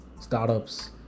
startups